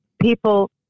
people